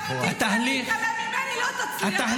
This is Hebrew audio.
גם אם תנסה להתעלם ממני, לא תצליח.